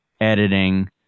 editing